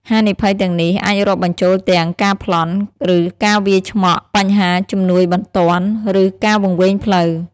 ហានិភ័យទាំងនេះអាចរាប់បញ្ចូលទាំង ការប្លន់ ឬការវាយឆ្មក់ បញ្ហាជំនួយបន្ទាន់ និងការវង្វេងផ្លូវ។